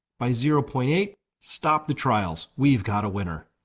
by zero point eight stop the trials! we've got a winner.